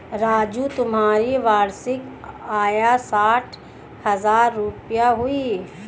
राजू तुम्हारी वार्षिक आय साठ हज़ार रूपय हुई